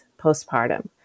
postpartum